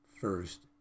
first